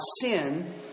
sin